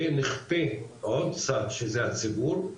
ונכפה עוד קצת שזה הציבור,